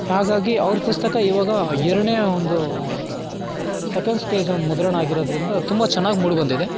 ಹಾಗಾಗಿ ಅವರ ಪುಸ್ತಕ ಈವಾಗ ಎರಡನೇ ಒಂದು ಸೆಕೆಂಡ್ ಸ್ಟೇಜ್ ಒಂದು ಮುದ್ರಣ ಆಗಿರೋದ್ರಿಂದ ತುಂಬ ಚೆನ್ನಾಗಿ ಮೂಡಿ ಬಂದಿದೆ